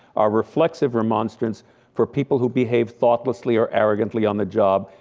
our reflexive remonstrance for people who behave thoughtlessly or arrogantly on the job,